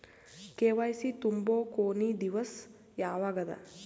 KYC ತುಂಬೊ ಕೊನಿ ದಿವಸ ಯಾವಗದ?